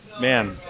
man